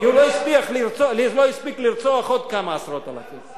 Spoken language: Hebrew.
כי הוא לא הספיק לרצוח עוד כמה עשרות אלפים.